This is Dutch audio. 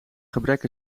gebrek